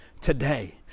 today